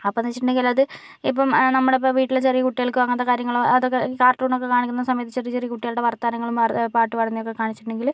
അപ്പോഴെന്ന് വച്ചിട്ടുണ്ടെങ്കിൽ അതായത് ഇപ്പോൾ നമ്മളിപ്പോൾ വീട്ടിലെ ചെറിയ കുട്ടികൾക്ക് അങ്ങനത്തെ കാര്യങ്ങളോ അതൊക്കെ ഈ കാർട്ടൂണൊക്കെ കാണിക്കുന്ന സമയത്ത് ചെറിയ ചെറിയ കുട്ടികളുടെ വർത്തമാനങ്ങള് പാട്ട് പാടുന്നതൊക്കെ കാണിച്ചിട്ടുണ്ടെങ്കിൽ